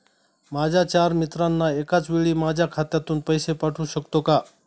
माझ्या चार मित्रांना एकाचवेळी माझ्या खात्यातून पैसे पाठवू शकतो का?